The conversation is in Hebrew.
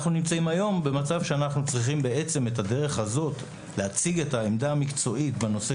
אנחנו נמצאים היום במצב שאנחנו צריכים להציג את העמדה המקצועית בנושא